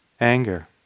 Anger